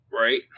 Right